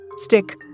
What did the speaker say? Stick